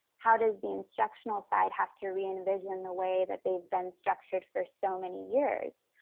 how does the instructional side have to re-envision the way that they've been structured for so many years?